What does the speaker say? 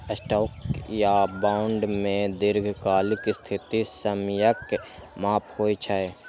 stock या bond मे दीर्घकालिक स्थिति समयक माप होइ छै